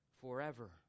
Forever